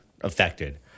affected